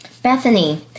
Bethany